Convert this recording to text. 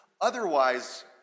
Otherwise